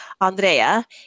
Andrea